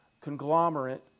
conglomerate